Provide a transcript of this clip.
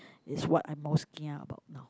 is what I most kia about now